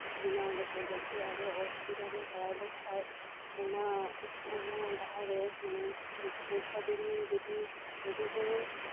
ᱵᱮᱱᱟᱣ ᱟᱞᱮᱯᱮ ᱡᱟᱛᱮ ᱟᱞᱮ ᱚᱥᱩᱵᱤᱫᱷᱟ ᱨᱮᱞᱮ ᱯᱟᱲᱟᱣ ᱞᱮᱱᱠᱷᱟᱡ ᱚᱱᱟ ᱚᱱᱟ ᱰᱟᱦᱟᱨ ᱨᱮ ᱢᱟᱱᱮ ᱵᱚᱨᱥᱟ ᱫᱤᱱ ᱡᱚᱫᱤ ᱜᱟᱹᱰᱤ ᱦᱚᱸ